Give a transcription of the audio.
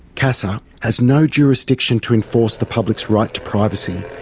casa has no jurisdiction to enforce the public's right to privacy.